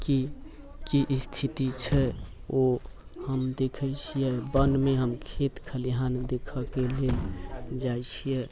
की की स्थिति छै ओ हम देखैत छियै वनमे हम खेत खलिहान देखयके लेल जाइत छियै